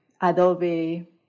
adobe